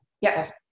Yes